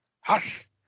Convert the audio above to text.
hush